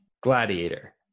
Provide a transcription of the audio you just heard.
Gladiator